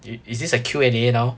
i~ is this a Q&A now